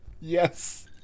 Yes